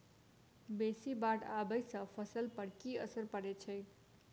बेसी बाढ़ आबै सँ फसल पर की असर परै छै?